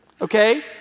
Okay